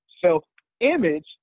Self-image